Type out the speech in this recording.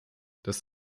das